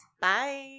bye